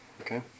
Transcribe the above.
Okay